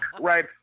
right